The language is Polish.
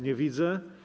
Nie widzę.